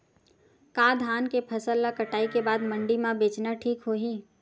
का धान के फसल ल कटाई के बाद मंडी म बेचना ठीक होही?